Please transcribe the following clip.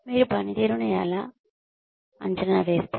మీరు పనితీరును ఎలా అంచనా వేస్తారు